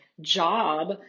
job